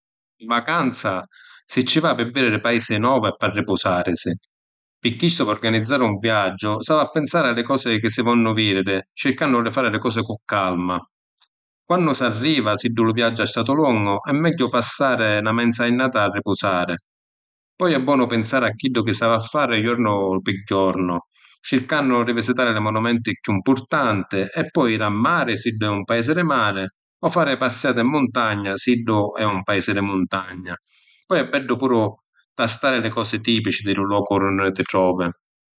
‘N vacanza si ci va pi vidiri paisi novi e p’arripusàrisi. Pi chistu pi organizzari un viaggiu s’havi a pinsari a li cosi chi si vonnu vidiri, circannu di fari li cosi cu calma. Quannu s’arriva, siddu lu viaggiu ha statu longu, è megghiu passàri na menza jurnata a ripusari. Poi è bonu pinsari a chiddu chi fari jornu pi jornu, circannu di visitari li monumenti chiù ‘mpurtanti, e poi jiri a mari, s’iddu è un paisi di mari, o fari passiàti ‘n muntagna, s’iddu è un paisi di muntagna. Poi è beddu puru tastari li cosi tipici di lu locu d’unni ti trovi.